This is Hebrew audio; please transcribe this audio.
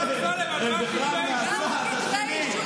על מה כתבי אישום?